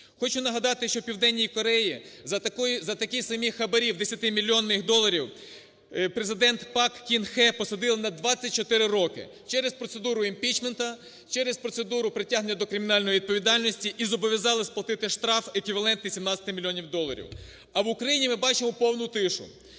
Хочу нагадати, що в Південній Кореї за такі самі хабарі в 10 мільйонах доларів президента Пак Кин Хє почадили на 24 роки через процедуру імпічменту, через процедуру притягнення до кримінальної відповідальності і зобов'язали сплатити штраф еквівалентний 17 мільйонів доларів. А в Україні ми бачимо повну тишу.